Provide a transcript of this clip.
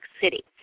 City